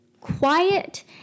quiet